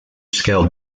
scale